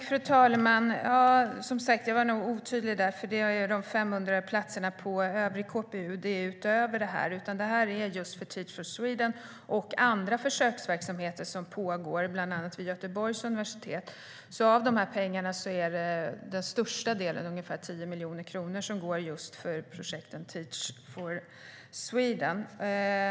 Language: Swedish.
Fru talman! Jag var nog otydlig där. De 500 platserna på övrig KPU är utöver detta. Detta är just för Teach för Sweden och andra försöksverksamheter som pågår bland annat vid Göteborgs universitet. Av dessa pengar går den största delen, ungefär 10 miljoner kronor, till projektet Teach for Sweden.